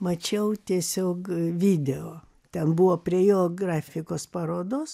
mačiau tiesiog video ten buvo prie jo grafikos parodos